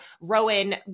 Rowan